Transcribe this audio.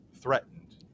threatened